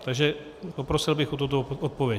Takže poprosil bych o tuto odpověď.